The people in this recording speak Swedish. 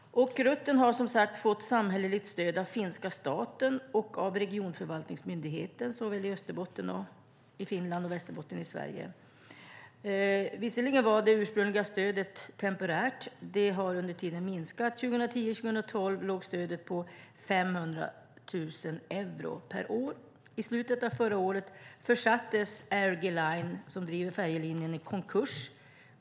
Rutten har som sagt fått samhälleligt stöd av finska staten och av regionförvaltningsmyndigheter i såväl Österbotten i Finland som Västerbotten i Sverige. Visserligen var det ursprungliga stödet temporärt. Det har under tiden minskat; 2010-2012 låg stödet på 500 000 euro per år. I slutet av förra året försattes RG Line, som driver färjelinjen, i konkurs.